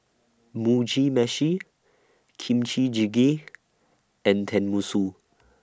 Mugi Meshi Kimchi Jjigae and Tenmusu